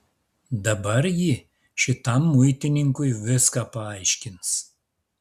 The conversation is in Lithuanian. dabar ji šitam muitininkui viską paaiškins